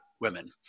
women